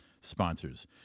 sponsors